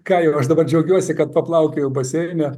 ką jau aš dabar džiaugiuosi kad paplaukioju baseine